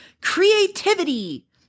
creativity